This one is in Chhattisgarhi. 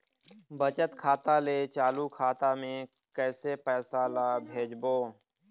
बचत खाता ले चालू खाता मे कैसे पैसा ला भेजबो?